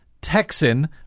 Texan